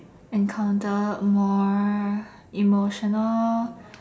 encounter more emotional